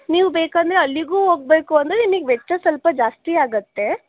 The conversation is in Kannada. ನೀವು ಬೇಕೆಂದರೆ ಅಲ್ಲಿಗೂ ಹೋಗಬೇಕು ಅಂದರೆ ನಿಮಗೆ ವೆಚ್ಚ ಸ್ವಲ್ಪ ಜಾಸ್ತಿಯಾಗತ್ತೆ